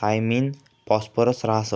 thiamine phosphorus रहास